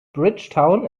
bridgetown